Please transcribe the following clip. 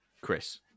Chris